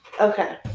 okay